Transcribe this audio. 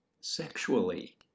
sexually